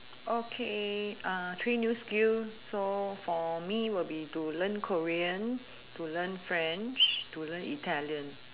okay uh train new skill so for me will be to learn korean to learn french to learn italian